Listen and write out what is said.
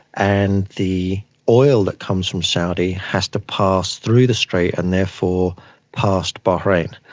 and the oil that comes from saudi has to pass through the strait and therefore past bahrain.